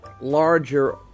larger